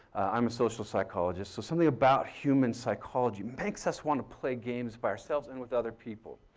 i'm a social psychologist, so something about human psychology makes us want to play games by ourselves and with other people.